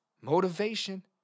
motivation